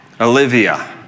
Olivia